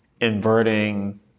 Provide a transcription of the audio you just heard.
inverting